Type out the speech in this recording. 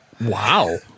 Wow